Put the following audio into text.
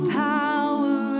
power